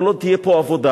כל עוד תהיה פה עבודה,